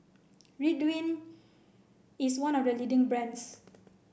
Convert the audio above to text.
Ridwind is one of the leading brands